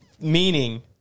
Meaning